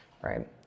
right